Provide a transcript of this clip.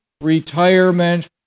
retirement